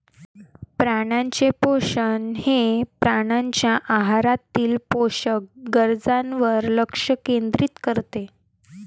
प्राण्यांचे पोषण हे प्राण्यांच्या आहारातील पोषक गरजांवर लक्ष केंद्रित करते